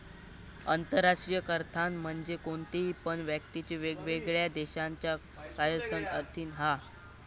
आंतराष्ट्रीय कराधान म्हणजे कोणती पण व्यक्ती वेगवेगळ्या देशांच्या कर कायद्यांच्या अधीन हा